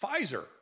Pfizer